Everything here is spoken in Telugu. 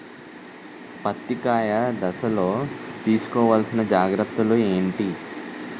పత్తి కాయ దశ లొ తీసుకోవల్సిన జాగ్రత్తలు ఏంటి?